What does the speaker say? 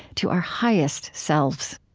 to our highest selves.